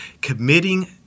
committing